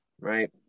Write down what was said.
right